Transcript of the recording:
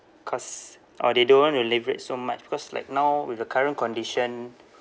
cause or they don't want to leverage so much because like now with the current condition